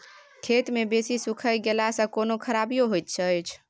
खेत मे बेसी सुइख गेला सॅ कोनो खराबीयो होयत अछि?